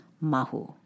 mahu